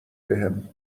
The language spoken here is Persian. بهم